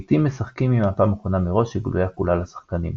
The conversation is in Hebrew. לעיתים משחקים עם מפה מוכנה מראש שגלויה כולה לשחקנים.